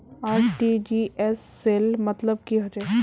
RTGS cell मतलब की होचए?